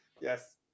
Yes